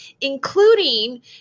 including